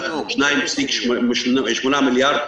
2,8 מיליארד,